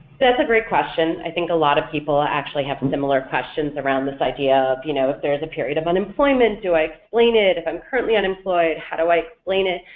that's a great question i think a lot of people actually have similar questions around this idea of you know if there's a period of unemployment do i explain it, if i'm currently unemployed how do i explain it,